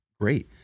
Great